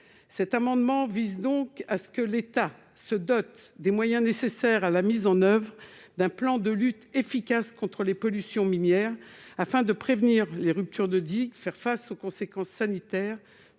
Cet amendement vise donc à doter l'État des moyens nécessaires à la mise en oeuvre d'un plan de lutte efficace contre les pollutions minières, afin de prévenir les ruptures de digue, de faire face aux conséquences sanitaires,